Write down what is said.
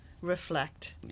reflect